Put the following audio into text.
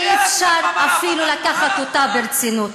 שאי-אפשר אפילו לקחת אותה ברצינות.